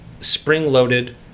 spring-loaded